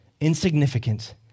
insignificant